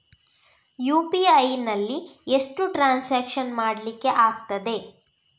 UPI ನಲ್ಲಿ ಎಷ್ಟು transaction ಮಾಡ್ಲಿಕ್ಕೆ ಆಗ್ತದೆ?